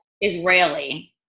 Israeli